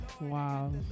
Wow